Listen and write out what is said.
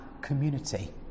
community